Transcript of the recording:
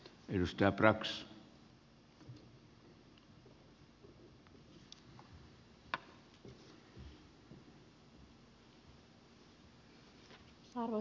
arvoisa herra puhemies